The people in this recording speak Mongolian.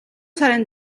сарын